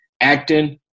acting